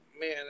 man